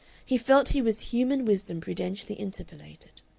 he felt he was human wisdom prudentially interpolated.